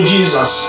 Jesus